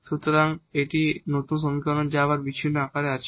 সুতরাং এটি নতুন সমীকরণ যা আবার বিচ্ছিন্ন আকারে আছে